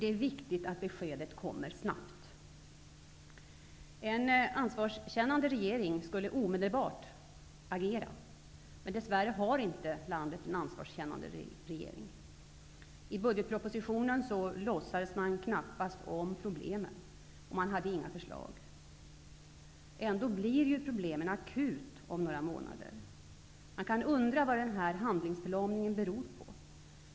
Det är viktigt att beskedet kommer snabbt. En ansvarskännande regering skulle omedelbart agera. Dess värre har landet inte en ansvarskännande regering. I budgetpropositionen låtsades man knappast om problemet och hade inga förslag. Ändå blir ju problemet akut om några månader. Man kan undra vad den handlingsförlamningen beror på.